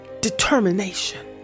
determination